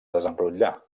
desenrotllar